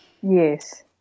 Yes